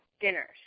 dinners